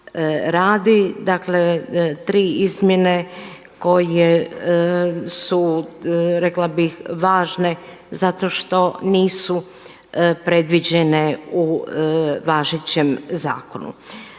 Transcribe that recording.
radi. Dakle, tri izmjene koje su rekla bih važne zato što nisu predviđene u važećem zakonu.